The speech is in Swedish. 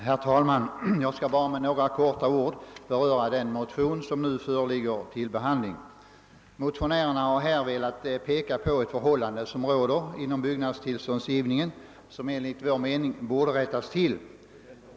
Herr talman! Jag skall bara med några få ord beröra den motion som nu föreligger till behandling. Motionärerna har velat peka på ett förhållande som råder inom byggnadstillståndsgivningen och som enligt vår mening borde rättas till.